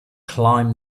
climbed